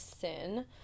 sin